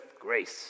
grace